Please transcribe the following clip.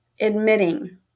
admitting